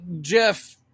Jeff